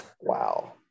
wow